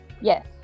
Yes